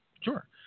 Sure